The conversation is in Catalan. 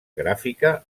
gràfica